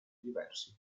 diversi